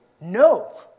no